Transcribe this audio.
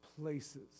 Places